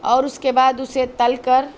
اور اُس کے بعد اسے تل کر